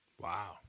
Wow